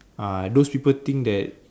uh those people think that